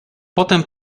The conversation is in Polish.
potem